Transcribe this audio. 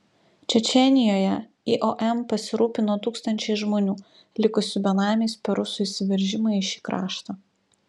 čečėnijoje iom pasirūpino tūkstančiais žmonių likusių benamiais per rusų įsiveržimą į šį kraštą